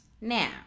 Now